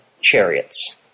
chariots